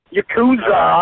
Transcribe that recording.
Yakuza